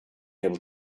able